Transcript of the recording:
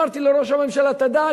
אמרתי לראש הממשלה: תדע,